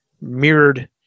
mirrored